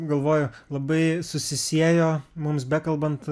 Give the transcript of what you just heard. galvoju labai susisiejo mums bekalbant